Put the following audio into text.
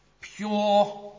pure